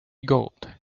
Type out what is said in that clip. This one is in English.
gold